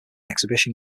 exhibition